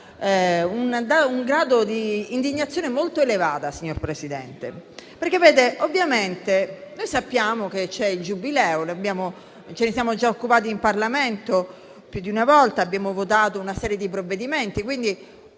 un grado di indignazione molto elevato, signora Presidente. Ovviamente noi sappiamo che c'è il Giubileo: ce ne siamo già occupati in Parlamento più di una volta, abbiamo votato una serie di provvedimenti. Quindi,